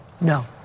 No